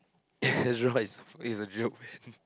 Ezra is is a joke man